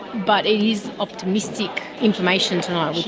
but it is optimistic information tonight, which